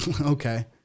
Okay